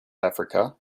africa